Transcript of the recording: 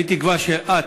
אני תקווה שאת,